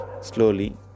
Slowly